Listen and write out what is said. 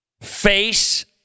Face